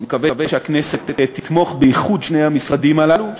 אני מקווה שהכנסת תתמוך באיחוד שני המשרדים הללו,